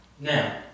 Now